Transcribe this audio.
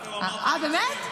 אה, באמת?